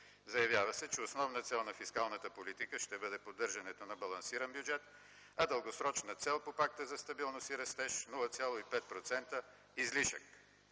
Заявява се, че основна цел на фискалната политика ще бъде поддържането на балансиран бюджет, а дългосрочна цел по Пакта за стабилност и растеж – 0,5% излишък.